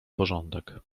porządek